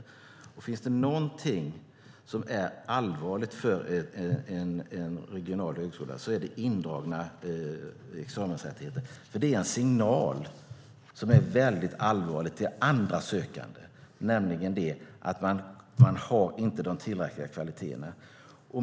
Om det finns någonting som är allvarligt för en regional högskola så är det indragna examensrättigheter. Det är en signal till andra sökande som är allvarlig eftersom den innebär att högskolan inte har tillräckliga kvaliteter.